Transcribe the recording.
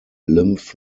lymph